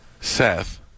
Seth